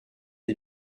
des